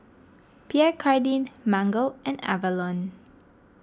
Pierre Cardin Mango and Avalon